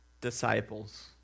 disciples